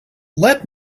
let